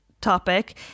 topic